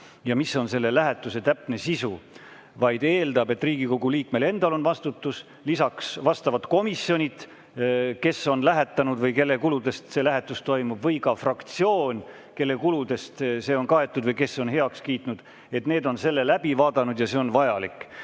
ja mis on selle lähetuse täpne sisu, vaid eeldab, et Riigikogu liikmel endal on vastutus. Lisaks vastavad komisjonid, kes on lähetanud või kelle kuludest lähetus toimub, või ka fraktsioon, kelle kuludest see on kaetud või kes on selle heaks kiitnud, on selle läbi vaadanud ja see on vajalik.